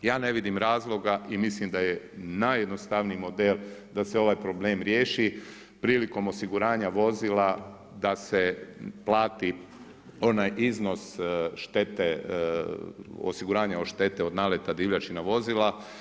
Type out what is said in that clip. Ja ne vidim razloga i mislim da je najjednostavniji model da se ovaj problem riješi prilikom osiguranja vozila, da se plati onaj iznos štete osiguranja od štete od naleta divljači na vozila.